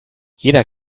jeder